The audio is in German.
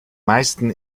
meisten